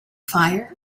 fire